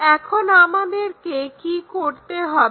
এখন আমাদেরকে কি করতে হবে